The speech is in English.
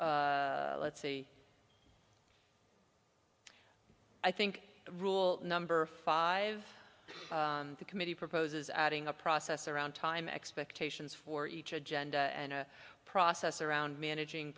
so let's see i think rule number five the committee proposes adding a process around time expectations for each agenda and a process around managing